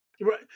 Right